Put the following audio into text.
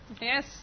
Yes